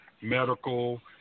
medical